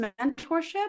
mentorship